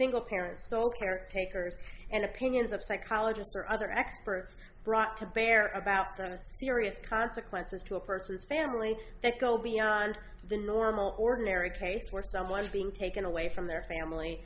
single parents so care takers and opinions of psychologists or other experts brought to bear about them serious consequences to a person's family that go beyond the normal ordinary case where someone's being taken away from their family